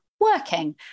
working